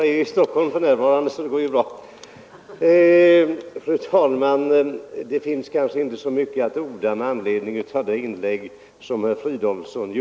Fru talman! Det finns väl ingen anledning att orda mycket i anledning av herr Fridolfssons i Stockholm inlägg.